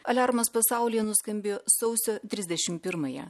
aliarmas pasaulyje nuskambėjo sausio trisdešimt pirmąją